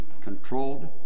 controlled